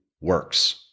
works